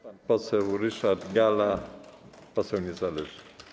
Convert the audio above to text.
Pan poseł Ryszard Galla, poseł niezależny.